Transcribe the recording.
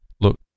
Look